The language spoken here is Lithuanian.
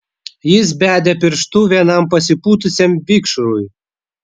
jis bedė pirštu vienam pasipūtusiam vikšrui